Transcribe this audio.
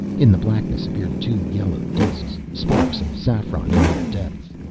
in the blackness appeared two yellow disks, sparks of saffron in their depths.